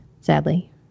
sadly